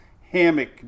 hammock